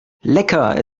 lecker